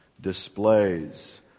displays